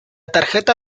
tarjeta